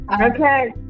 Okay